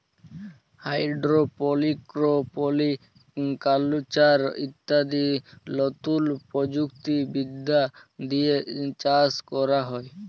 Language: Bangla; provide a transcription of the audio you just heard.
হাইড্রপলিক্স, পলি কালচার ইত্যাদি লতুন প্রযুক্তি বিদ্যা দিয়ে চাষ ক্যরা হ্যয়